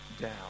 down